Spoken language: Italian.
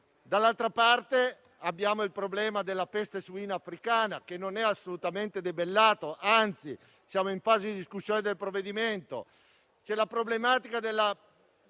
Dall'altra parte abbiamo il problema della peste suina africana, che non è stata assolutamente debellata; anzi, siamo in fase di discussione del relativo provvedimento. C'è inoltre la problematica